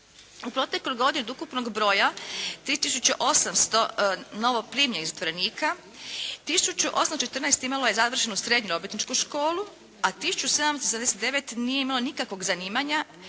U protekloj godini od ukupnog broja 3 tisuće 800 novoprimljenih zatvorenika, tisuću 814 imalo je završenu srednju obrtničku školu, a tisuću 779 nije imalo nikakvog zanimanja,